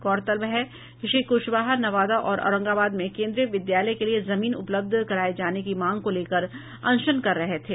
गौरतलब है कि श्री कुशवाहा नवादा और औरंगाबाद में कोन्द्रीय विद्यालय के लिये जमीन उपलब्ध कराये जाने की मांग को लेकर अनशन कर रहे थे